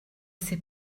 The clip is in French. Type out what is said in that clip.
sait